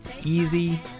Easy